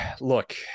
Look